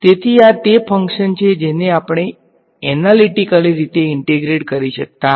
તેથી આ તે ફંક્શન છે જેને આપણે એનાલીટીકલી રીતે ઈંટેગ્રેટ કરી શકતા નથી